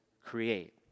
create